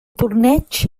torneig